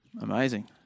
Amazing